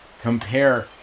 compare